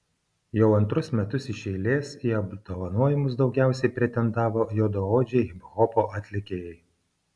jau antrus metus iš eilės į apdovanojimus daugiausiai pretendavo juodaodžiai hiphopo atlikėjai